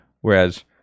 Whereas